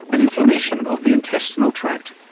an inflammation of the intestinal tract.